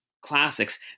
classics